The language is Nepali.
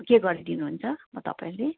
के गरिदिनुहुन्छ तपाईँहरूले